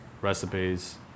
recipes